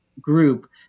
group